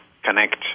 connect